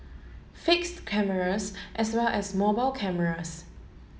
fix cameras as well as mobile cameras